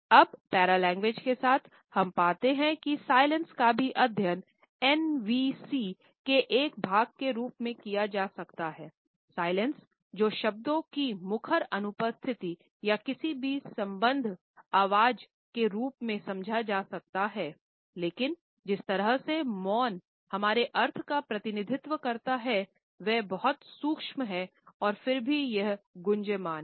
अब पैरालेंग्वेज के साथ हम पाते हैं कि साइलेंस को शब्दों की मुखर अनुपस्थिति या किसी भी संबद्ध आवाज़ के रूप में समझा जा सकता है लेकिन जिस तरह से मौन हमारे अर्थ का प्रतिनिधित्व करता है वह बहुत सूक्ष्म है और फिर भी यह गुंजयमान है